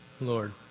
Lord